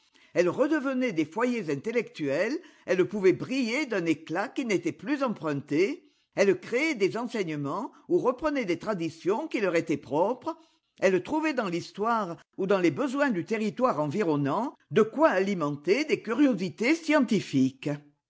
elles redevenaient des foyers intellectuels elles pouvaient briller d'un éclat qui n'était plus emprunté elles créaient des enseignements ou reprenaient des traditions qui leur étaient propres elles trouoaient dans l'histoire ou dans les besoins du territoire environnant de quoi alimenter des curiosités scientifiques